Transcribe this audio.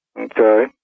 Okay